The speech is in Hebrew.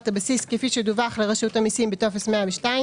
הבסיס כפי שדווח לרשות המסים בטופס 102,